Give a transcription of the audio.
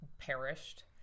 Perished